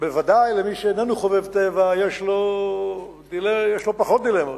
בוודאי מי שאיננו חובב טבע יש לו פחות דילמות,